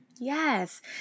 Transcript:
Yes